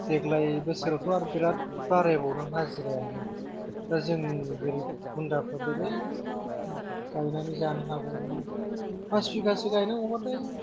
देग्लाय बोसोरावथ' आर बेराद बारायबावदों हाजिरायानो दा जों गोरिब गुद्राफ्रा बोरै गायनानै जानो हाबावनो फास बिगासो गायनांगौबाथाय